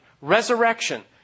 resurrection